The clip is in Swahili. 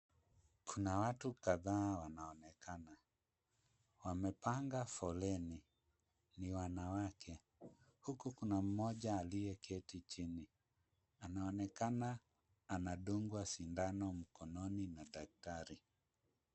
Kuna watu kadhaa wanaonekana. Wamepanga foleni. Ni wanawake huku kuna mmoja aliyeketi chini. Anaonekana anadungwa sindano mkononi na daktari.